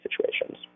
situations